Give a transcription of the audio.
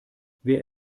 wer